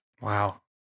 Wow